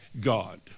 God